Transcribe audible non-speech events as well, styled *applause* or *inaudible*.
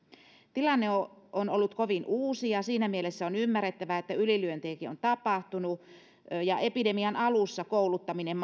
tilanne on on ollut kovin uusi ja siinä mielessä on ymmärrettävää että ylilyöntejäkin on tapahtunut epidemian alussa kouluttaminen *unintelligible*